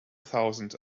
thousand